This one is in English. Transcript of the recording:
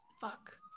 Fuck